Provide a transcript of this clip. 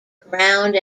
ground